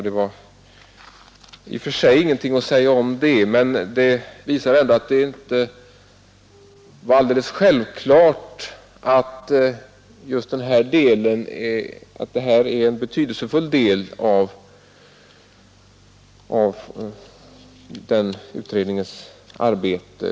Det är i och för sig ingenting att säga om det, men det visar ändå att det inte var alldeles självklart att detta var en betydelsefull del av utredningens arbete.